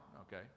okay